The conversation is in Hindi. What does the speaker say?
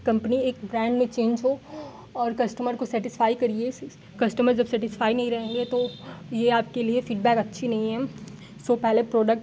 कम्पनी एक ब्रैंड में चेंज हो और कस्टमर को सेटिस्फ़ाई करिए कस्टमर जब सेटिस्फ़ाई नहीं रहेंगे तो यह आपके लिए फ़ीडबैक अच्छा नहीं है सो पहले प्रोडक्ट